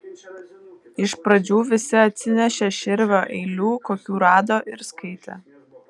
iš pradžių visi atsinešė širvio eilių kokių rado ir skaitė